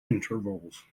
intervals